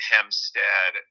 Hempstead